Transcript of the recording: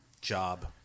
job